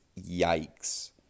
Yikes